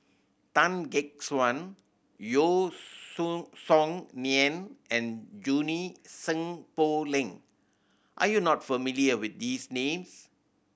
Tan Gek Suan Yeo Sun Song Nian and Junie Sng Poh Leng are you not familiar with these names